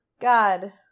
God